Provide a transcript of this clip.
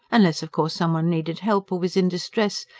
unless, of course, some one needed help or was in distress,